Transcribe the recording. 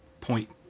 point